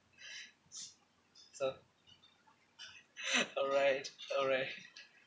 so alright alright